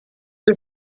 the